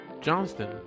Johnston